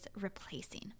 replacing